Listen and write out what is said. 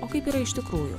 o kaip yra iš tikrųjų